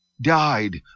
died